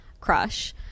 crush